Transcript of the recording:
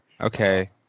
okay